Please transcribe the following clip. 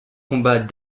combats